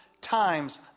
times